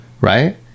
Right